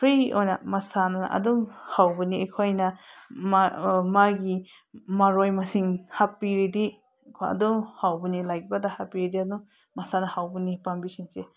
free ꯑꯣꯏꯅ ꯃꯁꯥꯅ ꯑꯗꯨꯝ ꯍꯧꯕꯅꯤ ꯑꯩꯈꯣꯏꯅ ꯃꯥꯒꯤ ꯃꯔꯣꯏ ꯃꯁꯤꯡ ꯍꯥꯞꯄꯤꯔꯗꯤ ꯀꯣ ꯑꯗꯨꯝ ꯍꯧꯕꯅꯦ ꯂꯩꯕꯥꯛꯇ ꯍꯥꯞꯄꯤꯔꯗꯤ ꯑꯗꯨꯝ ꯃꯁꯥꯅ ꯍꯧꯕꯅꯤ ꯄꯥꯝꯕꯤꯁꯤꯡꯁꯦ